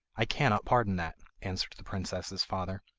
i cannot pardon that answered the princess's father.